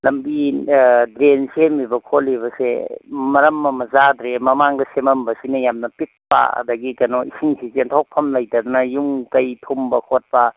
ꯂꯝꯕꯤ ꯗ꯭ꯔꯦꯟ ꯁꯦꯝꯃꯤꯕ ꯈꯣꯠꯂꯤꯕꯁꯦ ꯃꯔꯝ ꯑꯃ ꯆꯥꯗ꯭ꯔꯦ ꯃꯃꯥꯡꯗ ꯁꯦꯃꯝꯕꯁꯤꯡ ꯌꯥꯝꯅ ꯄꯤꯛꯄ ꯑꯗꯒꯤ ꯀꯩꯅꯣ ꯏꯁꯤꯡꯁꯤ ꯆꯦꯟꯊꯣꯛꯐꯝ ꯂꯩꯇꯗꯅ ꯌꯨꯝ ꯀꯩ ꯊꯨꯝꯕ ꯈꯣꯠꯄ